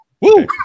Woo